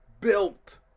built